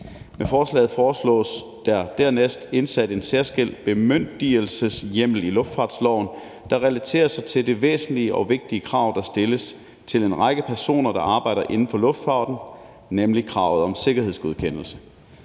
Med forslaget foreslås der dernæst indsat en særskilt bemyndigelseshjemmel i luftfartsloven, der relaterer sig til det væsentlige og vigtige krav, der stilles til en række personer, der arbejder inden for luftfarten, nemlig kravet om sikkerhedsgodkendelse.